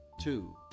Two